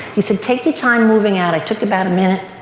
he said take your time moving out. i took about a minute.